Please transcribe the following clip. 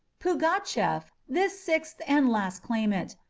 pugatchef, this sixth and last claimant,